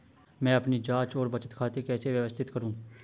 मैं अपनी जांच और बचत खाते कैसे व्यवस्थित करूँ?